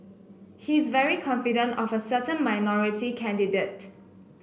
he's very confident of a certain minority candidate